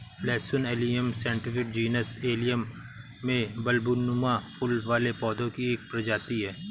लहसुन allium sativum genus allium में बल्बनुमा फूल वाले पौधे की एक प्रजाति है